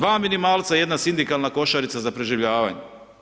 2 minimalca jedna sindikalna košarica za preživljavanje.